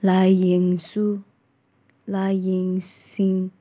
ꯂꯥꯏꯌꯦꯡꯁꯨ ꯂꯥꯏꯌꯦꯡꯁꯤꯡ